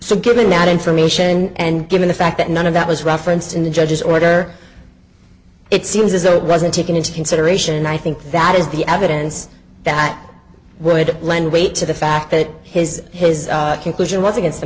so given that information and given the fact that none of that was referenced in the judge's order it seems as though it wasn't taken into consideration and i think that is the evidence that would lend weight to the fact that his his conclusion was against the